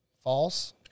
False